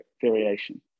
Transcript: variation